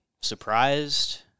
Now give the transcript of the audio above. surprised